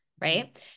Right